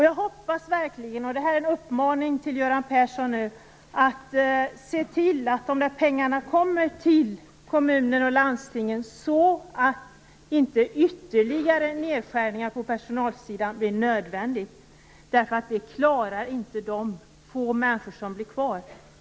Jag hoppas verkligen, och det här är en uppmaning till Göran Persson, att Göran Persson ser till att pengarna kommer till kommuner och landsting så att inte ytterligare nedskärningar på personalsidan blir nödvändig. Det klarar inte de få människor som blir kvar.